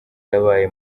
yabaye